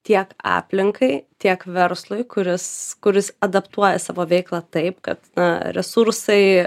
tiek aplinkai tiek verslui kuris kuris adaptuoja savo veiklą taip kad na resursai